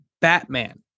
Batman